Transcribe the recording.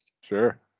Sure